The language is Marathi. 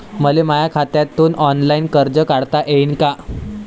मले माया खात्यातून ऑनलाईन कर्ज काढता येईन का?